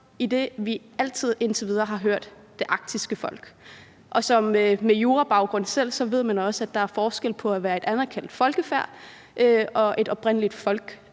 idet vi altid indtil videre har hørt, at der er blevet talt om det arktiske folk. Og med en jurabaggrund ved man også, at der er forskel på at være et anerkendt folkefærd og et oprindeligt folk.